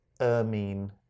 ermine